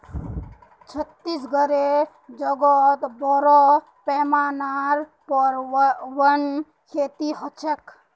छत्तीसगढेर जंगलत बोरो पैमानार पर वन खेती ह छेक